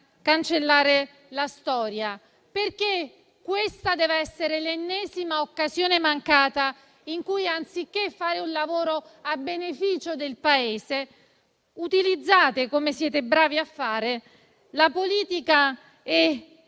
cancellare la storia, perché questa deve essere l'ennesima occasione mancata in cui, anziché fare un lavoro a beneficio del Paese, utilizzate, come siete bravi a fare, la politica e